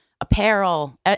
apparel